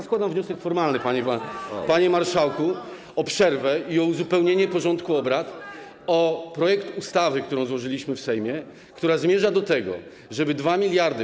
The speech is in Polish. Ja składam wniosek formalny, panie marszałku, o przerwę i o uzupełnienie porządku obrad o projekt ustawy, który złożyliśmy w Sejmie, który zmierza do tego, żeby 2 mld.